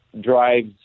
drives